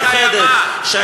ירושלים,